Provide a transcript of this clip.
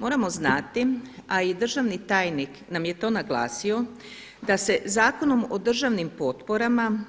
Moramo znati, a i državni tajnik nam je to naglasio da se Zakonom o državnim potporama,